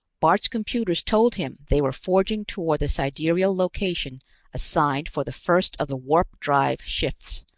bart's computers told him they were forging toward the sidereal location assigned for the first of the warp-drive shifts,